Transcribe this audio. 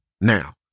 now